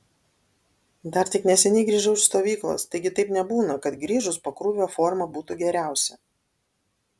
dar tik neseniai grįžau iš stovyklos taigi taip nebūna kad grįžus po krūvio forma būtų geriausia